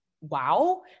wow